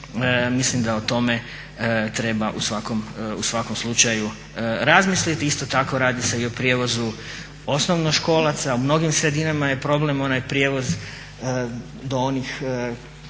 misli da o tome treba u svakom slučaju razmisliti. Isto tako radi se i o prijevozu osnovnoškolaca. U mnogim sredinama je problem onaj prijevoz do onih